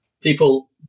People